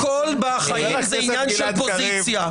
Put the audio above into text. הכול בחיים זה עניין של פוזיציה.